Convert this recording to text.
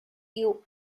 you